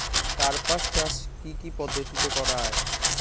কার্পাস চাষ কী কী পদ্ধতিতে করা য়ায়?